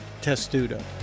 Testudo